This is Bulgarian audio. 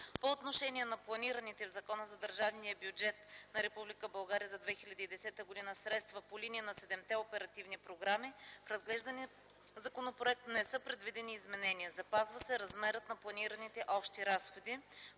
По отношение на планираните в Закона за държавния бюджет на Република България за 2010 г. средства по линия на седемте оперативни програми, в разгледания законопроект не са предвидени изменения. Запазва се размерът на планираните общи разходи